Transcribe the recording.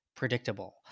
predictable